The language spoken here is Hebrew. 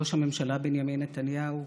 ראש הממשלה בנימין נתניהו,